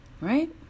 right